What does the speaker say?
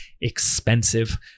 expensive